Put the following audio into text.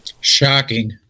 shocking